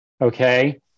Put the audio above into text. okay